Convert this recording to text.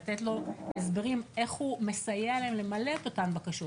לתת לו הסברים איך הוא מסייע להם למלא את אותן בקשות.